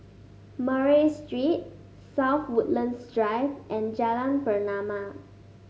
Murray Street South Woodlands Drive and Jalan Pernama